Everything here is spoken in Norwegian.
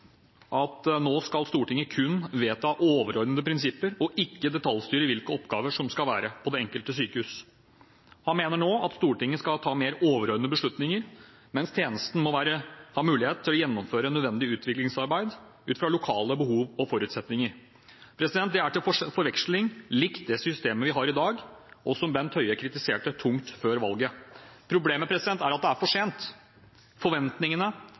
at nå skal Stortinget kun vedta overordnede prinsipper og ikke detaljstyre hvilke oppgaver som skal være på det enkelte sykehus. Han mener nå at Stortinget skal ta mer overordnede beslutninger, mens tjenesten må ha mulighet til å gjennomføre nødvendig utviklingsarbeid ut fra lokale behov og forutsetninger. Dette er til forveksling likt det systemet vi har i dag, og som Bent Høie kritiserte tungt før valget. Problemet er at det er for sent. Forventningene